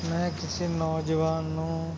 ਮੈਂ ਕਿਸੇ ਨੌਜਵਾਨ ਨੂੰ